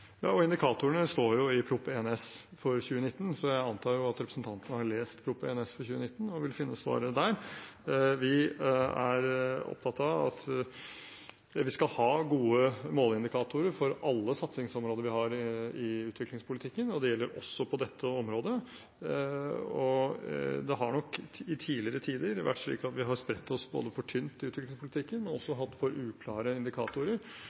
Indikatorene står jo i Prop. 1 S for 2018–2019. Jeg antar at representanten har lest Prop. 1 S for 2018–2019, og hun vil finne svaret der. Vi er opptatt av at vi skal ha gode måleindikatorer for alle satsingsområder vi har i utviklingspolitikken, og det gjelder også på dette området. Det har nok i tidligere tider vært slik at vi har spredt oss for tynt utover i utviklingspolitikken og også hatt for uklare indikatorer,